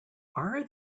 are